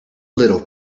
little